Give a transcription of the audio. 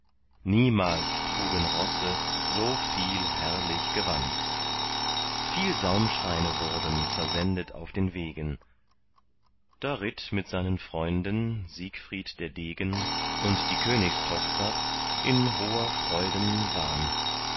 niemals trugen rosse so viel herrlich gewand viel saumschreine wurden versendet auf den wegen da ritt mit seinen freunden siegfried der degen und die königstochter in hoher freuden wahn